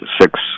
six